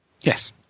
yes